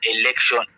election